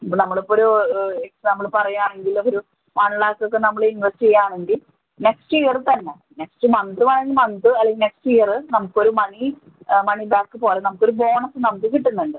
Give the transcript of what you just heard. ഇപ്പം നമ്മളിപ്പൊഴൊരു എക്സാമ്പിള് പറയുകയാണെങ്കിൽ അത് ഒരു വൺ ലാഖ് ഒക്കെ നമ്മൾ ഇൻവെസ്റ്റ് ചെയ്യുകയാണെങ്കിൽ നെക്സ്റ്റ് ഇയറ് തന്നെ നെക്സ്റ്റ് മന്ത് വേണമെങ്കിൽ മന്ത് അല്ലെങ്കിൽ നെക്സ്റ്റ് ഇയറ് നമുക്ക് ഒരു മണി മണി ബാക്ക് പോലെ നമുക്ക് ഒരു ബോണസ് നമുക്ക് കിട്ടുന്നുണ്ട്